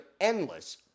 endless